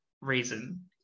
reason